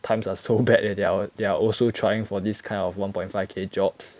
times are so bad that they're they're also trying for this kind of one point five K jobs